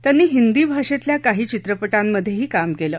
त्यांनी हिंदी भाषेतल्या काही चित्रपटांमध्येही काम केलं